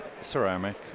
Ceramic